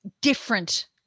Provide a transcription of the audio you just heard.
different